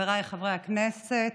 חבריי חברי הכנסת,